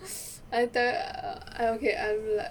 I tell you err I okay I will be like